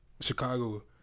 Chicago